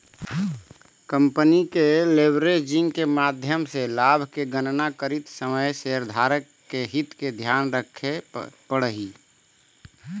company के leveraging के माध्यम से लाभ के गणना करित समय शेयरधारक के हित के ध्यान रखे पड़ऽ हई